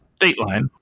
dateline